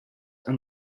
and